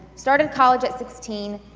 started college at sixteen,